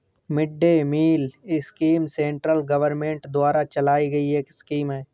mid day meal scheme central government द्वारा चलाई गई एक स्कीम है